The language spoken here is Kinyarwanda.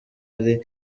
ari